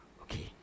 okay